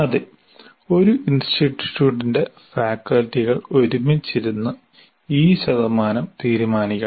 അതെ ഒരു ഇൻസ്റ്റിറ്റ്യൂട്ടിന്റെ ഫാക്കൽറ്റികൾ ഒരുമിച്ചിരുന്ന് ഈ ശതമാനം തീരുമാനിക്കണം